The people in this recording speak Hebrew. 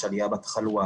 יש עלייה בתחלואה,